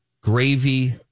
gravy